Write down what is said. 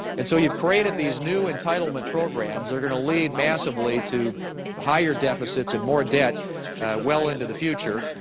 and so you have created these new entitlement programs. they are going to lead massively to higher deficits and more debt well into the future,